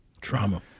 trauma